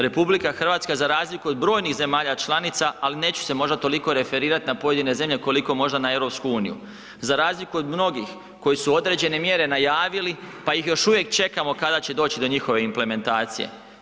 RH za razliku od brojnih zemalja članica, ali neću se možda toliko referirat na pojedine zemlje koliko možda na EU, za razliku od mnogih koji su određene mjere najavili, pa ih još uvijek čekamo kada će doći do njihove implementacije.